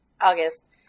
August